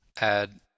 Add